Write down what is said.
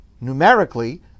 numerically